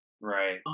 right